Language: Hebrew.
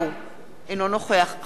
אינו נוכח חנא סוייד,